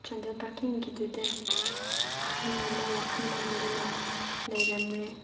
ꯆꯥꯟꯗꯦꯜ ꯄꯥꯔꯀꯤꯡꯒꯤꯗꯨꯗ ꯑꯍꯟ ꯑꯃ ꯋꯥꯈꯟ ꯃꯥꯡꯗꯨꯅ ꯂꯩꯔꯝꯃꯦ